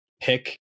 pick